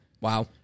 Wow